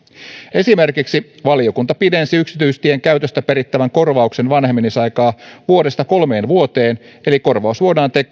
esimerkiksi valiokunta pidensi yksityistien käytöstä perittävän korvauksen vanhenemisaikaa vuodesta kolmeen vuoteen eli korvaus voidaan